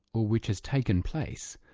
or which has taken place,